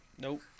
Nope